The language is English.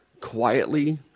quietly